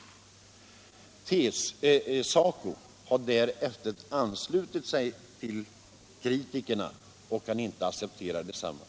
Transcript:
Därefter har också SACO anslutit sig = till kritikerna och förklarat sig icke kunna acceptera regeringsförslaget.